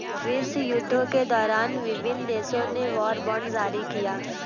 विश्वयुद्धों के दौरान विभिन्न देशों ने वॉर बॉन्ड जारी किया